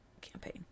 campaign